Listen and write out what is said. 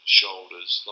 shoulders